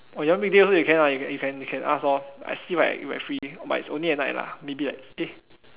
oh you want weekday also you can you can you can you can ask lor I see if I if I free but is only at night lah maybe like eh